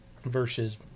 versus